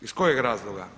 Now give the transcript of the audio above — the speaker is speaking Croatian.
Iz kojeg razloga?